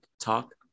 Talk